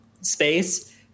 space